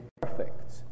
perfect